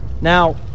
Now